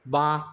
বাঁ